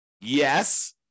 Yes